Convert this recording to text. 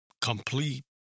complete